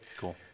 Cool